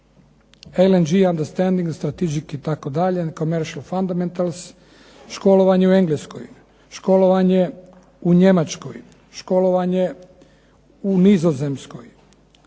LNG understanding, strategic itd., commercial foundamentals, školovanje u Engleskoj, školovanje u Njemačkoj, školovanje u Nizozemskoj.